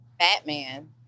Batman